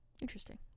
Interesting